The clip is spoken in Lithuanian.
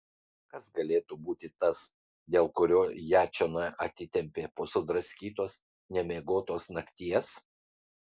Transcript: kas galėtų būti tas dėl kurio ją čionai atitempė po sudraskytos nemiegotos nakties